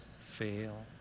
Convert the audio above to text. fail